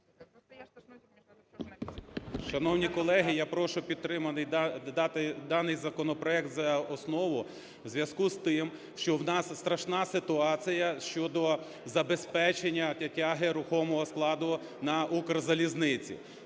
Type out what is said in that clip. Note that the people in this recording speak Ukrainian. Шановні колеги, я прошу підтримати даний законопроект за основу у зв'язку з тим, що у нас страшна ситуація щодо забезпечення тяги рухомого складу на "Укрзалізниці".